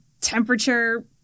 temperature